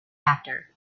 actor